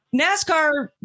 NASCAR